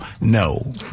no